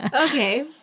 Okay